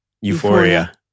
Euphoria